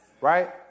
Right